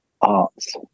arts